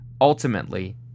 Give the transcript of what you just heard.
Ultimately